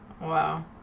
Wow